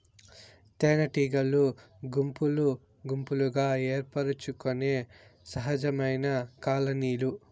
తేనెటీగలు గుంపులు గుంపులుగా ఏర్పరచుకొనే సహజమైన కాలనీలు